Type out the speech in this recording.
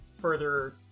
further